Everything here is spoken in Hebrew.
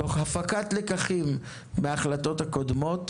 תוך הפקת לקחים מההחלטות הקודמות,